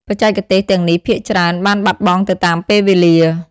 បច្ចេកទេសទាំងនេះភាគច្រើនបានបាត់បង់ទៅតាមពេលវេលា។